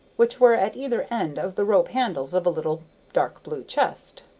which were at either end of the rope handles of a little dark-blue chest.